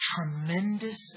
tremendous